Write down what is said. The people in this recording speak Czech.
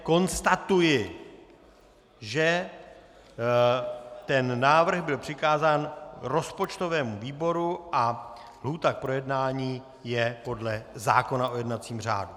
Konstatuji, že návrh byl přikázán rozpočtovému výboru a lhůta k projednání je podle zákona o jednacím řádu.